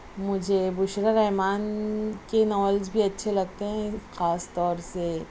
مجھے بُشریٰ رحمان کے ناولز بھی اچھے لگتے ہیں خاص طور سے